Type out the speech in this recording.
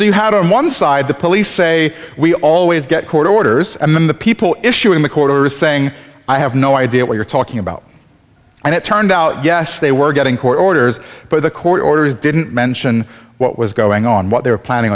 so you had on one side the police say we always get court orders and then the people issue in the corner is saying i have no idea what you're talking about and it turned out yes they were getting court orders but the court orders didn't mention what was going on what they were planning